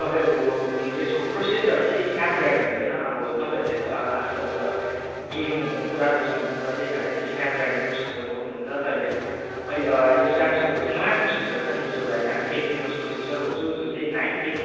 तपाईँको यसको प्रोसेसर चाहिँ स्नेप ड्रागन हुँदैन अब तपाईँहरूले त आज कल त गेमिङहरू पुरा रुचाउनु हुन्छ त्यही कारण चाहिँ स्नेप ड्रागन प्रोसेसर खोज्नु हुन्छ यो सेमसङको चाहिँ नयाँ प्रोसेसर छ नि जसलाई चाहिँ हामी एक्जिनोस प्रोसेसर भन्छौँ जो चाहिँ नाइन एट